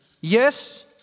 Yes